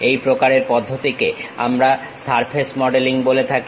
এই প্রকারের পদ্ধতিকে আমরা সারফেস মডেলিং বলে থাকি